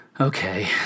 okay